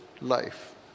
life